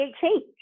change